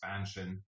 expansion